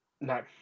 no